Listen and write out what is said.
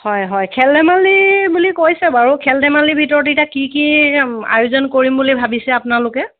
হয় হয় খেল ধেমালি বুলি কৈছে বাৰু খেল ধেমালিৰ ভিতৰত এতিয়া কি কি আয়োজন কৰিম বুলি ভাবিছে আপোনালোকে